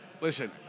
listen